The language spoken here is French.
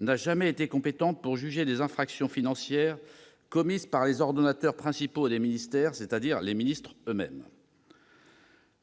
n'a jamais été compétente pour juger des infractions financières commises par les ordonnateurs principaux des ministères, c'est-à-dire les ministres eux-mêmes.